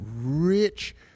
rich